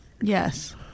Yes